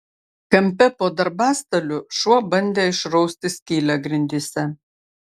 kampe po darbastaliu šuo bandė išrausti skylę grindyse